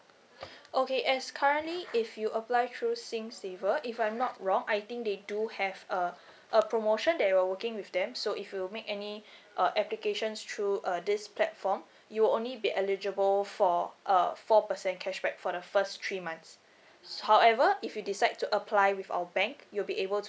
okay as currently if you apply through singsaver if I'm not wrong I think they do have a a promotion that you're working with them so if you make any uh applications through uh this platform you'll only be eligible for uh four percent cashback for the first three months however if you decide to apply with our bank you'll be able to